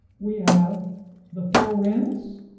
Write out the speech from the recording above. we have the four winds,